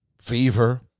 Fever